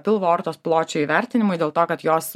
pilvo aortos pločio įvertinimui dėl to kad jos